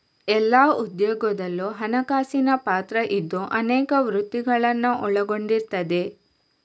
ಎಲ್ಲಾ ಉದ್ಯೋಗದಲ್ಲೂ ಹಣಕಾಸಿನ ಪಾತ್ರ ಇದ್ದು ಅನೇಕ ವೃತ್ತಿಗಳನ್ನ ಒಳಗೊಂಡಿರ್ತದೆ